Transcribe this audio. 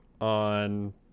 on